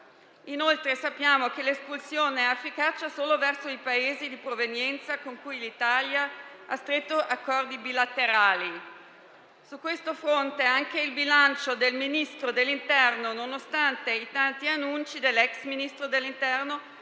Inoltre, sappiamo che l'espulsione ha efficacia solo verso i Paesi di provenienza con cui l'Italia ha stretto accordi bilaterali. Su questo fronte anche il bilancio dell'ex Ministro dell'interno, nonostante i tanti annunci, è piuttosto carente.